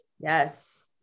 yes